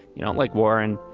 you don't like warren.